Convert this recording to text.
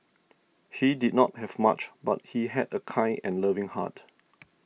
he did not have much but he had a kind and loving heart